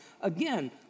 again